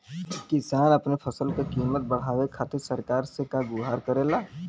किसान अपने फसल क कीमत बढ़ावे खातिर सरकार से का गुहार करेला?